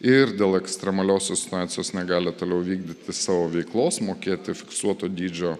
ir dėl ekstremaliosios situacijos negali toliau vykdyti savo veiklos mokėti fiksuoto dydžio